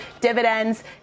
dividends